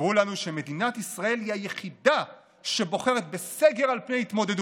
סיפרו לנו שמדינת ישראל היא היחידה שבוחרת בסגר על פני התמודדות,